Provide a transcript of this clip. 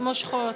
מושכות.